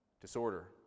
Disorder